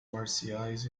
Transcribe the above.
marciais